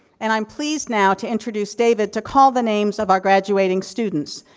and i'm pleased now to introduce david to call the names of our graduating students,